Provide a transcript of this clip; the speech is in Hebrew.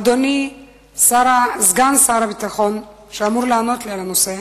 אדוני סגן שר הביטחון שאמור לענות לי על הנושא,